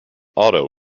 otto